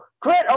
Quit